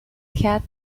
cat